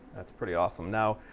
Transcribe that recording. that's pretty awesome. now,